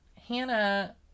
Hannah